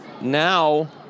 now